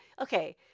Okay